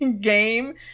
game